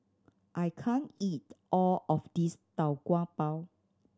I can't eat all of this Tau Kwa Pau